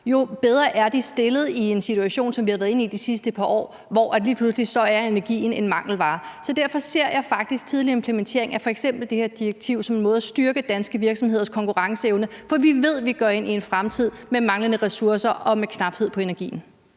alt andet lige stillet i en situation som den, vi har været i de sidste par år, hvor energi lige pludselig er en mangelvare. Derfor ser jeg faktisk en tidlig implementering af f.eks. det her direktiv som en måde at styrke danske virksomheders konkurrenceevne på. For vi ved, vi går ind i en fremtid med manglende ressourcer og med energiknaphed.